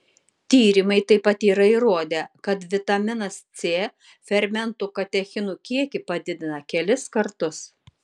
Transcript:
tyrimai taip pat yra įrodę kad vitaminas c fermentų katechinų kiekį padidina kelis kartus